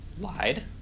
lied